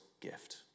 gift